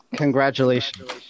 Congratulations